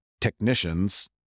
technicians